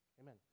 Amen